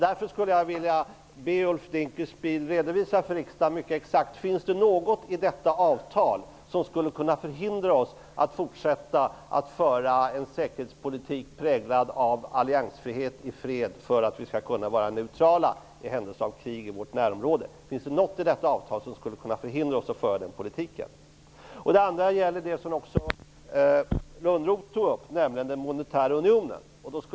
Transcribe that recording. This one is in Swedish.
Därför vill jag be Ulf Dinkelspiel att mycket exakt redovisa för riksdagen om det finns något i detta avtal som skulle kunna förhindra oss att fortsätta att föra en säkerhetspolitik präglad av alliansfrihet i fred för att vi skall kunna vara neutrala i händelse av krig i vårt närområde. Finns det något i detta avtal som skulle kunna förhindra oss att föra en sådan politik? Min andra fråga gäller en sak som även Johan Lönnroth tog upp, nämligen den monetära unionen.